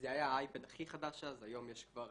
זה היה האייפד הכי חדש אז, היום יש כבר